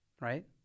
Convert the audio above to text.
right